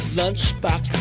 lunchbox